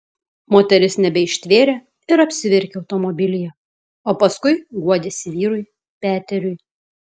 moteris nebeištvėrė ir apsiverkė automobilyje o paskui guodėsi vyrui peteriui